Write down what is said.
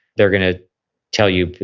they're going to tell you,